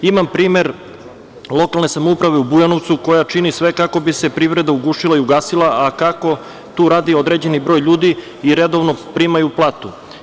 Imam primer lokalne samouprave u Bujanovcu, koja čini sve kako bi se privreda ugušila i ugasila, a kako tu radi određeni broj ljudi i redovno primaju platu.